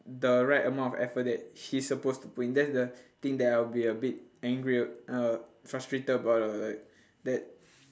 the right amount of effort that he's supposed to put in that's the thing that I'll be a bit angry uh frustrated about lah like that